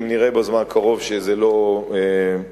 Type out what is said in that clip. אם נראה בזמן הקרוב שזה לא קורה.